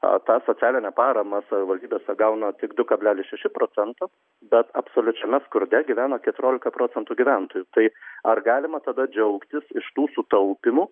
a tą socialinę paramą savivaldybėse gauna tik du kablelis šeši procento bet absoliučiame skurde gyvena keturiolika procentų gyventojų tai ar galima tada džiaugtis iš tų sutaupymų